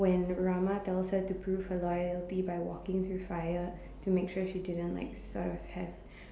when Rama tells her to prove her loyalty by walking through fire to make sure she didn't like sort of have